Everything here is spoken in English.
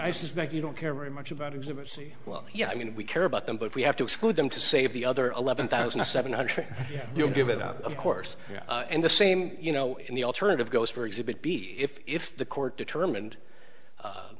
i suspect you don't care very much about exhibit c well yeah i mean we care about them but we have to exclude them to save the other eleven thousand seven hundred you know give it up of course and the same you know in the alternative goes for exhibit b if the court determined